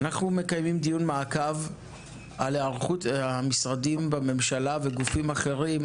אנחנו מקיימים דיון מעקב על היערכות משרדי הממשלה וגופים אחרים,